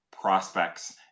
prospects